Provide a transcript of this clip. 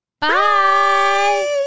Bye